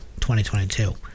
2022